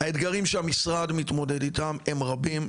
האתגרים שהמשרד מתמודד איתם הם רבים,